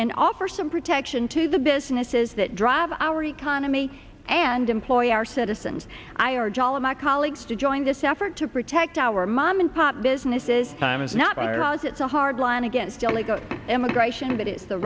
and offer some protection to the businesses that drive our economy and employ our citizens i are jhala my colleagues to join this effort to protect our mom and pop businesses time is not my rose it's a hard line against illegal immigration but it's the